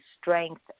strength